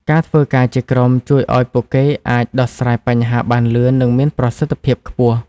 ការធ្វើការជាក្រុមជួយឲ្យពួកគេអាច ដោះស្រាយបញ្ហាបានលឿន និងមានប្រសិទ្ធភាពខ្ពស់។